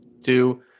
Two